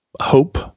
hope